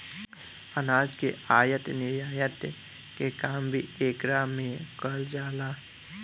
अनाज के आयत निर्यात के काम भी एकरा में कईल जाला